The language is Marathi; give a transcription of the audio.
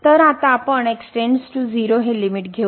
तर आता आपण x → 0 हे लिमिट घेऊ